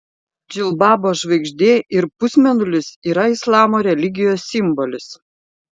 džilbabo žvaigždė ir pusmėnulis yra islamo religijos simbolis